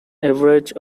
average